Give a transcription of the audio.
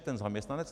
Ten zaměstnanec?